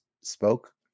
spoke